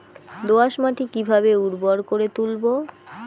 দোয়াস মাটি কিভাবে উর্বর করে তুলবো?